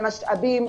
של משאבים,